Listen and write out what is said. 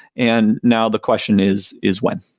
and now the question is is when?